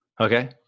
Okay